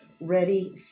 ready